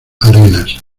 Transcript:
arenas